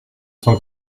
cent